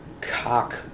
cock